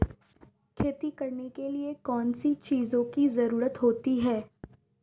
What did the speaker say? खेती करने के लिए कौनसी चीज़ों की ज़रूरत होती हैं?